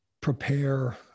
prepare